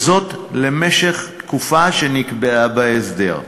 וזאת למשך תקופה שנקבעה בהסדר.